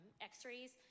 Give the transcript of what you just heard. x-rays